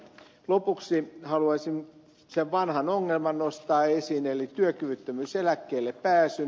lopuksi haluaisin sen vanhan ongelman nostaa esiin eli työkyvyttömyyseläkkeelle pääsyn